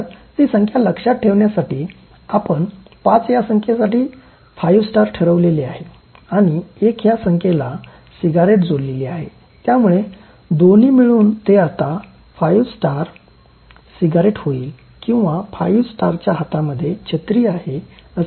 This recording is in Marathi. तर ती संख्या लक्षात ठेवण्यासाठी आपण पाच या संख्येसाठी ५ स्टार ठरवलेले आहे आणि एक या संख्येला सिगारेट जोडलेली आहे त्यामुळे दोन्ही मिळून ते आता ५ स्टार सिगारेट होईल किंवा ५ स्टारच्या हातामध्ये छत्री आहे असे दिसेल